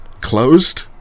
closed